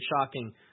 shocking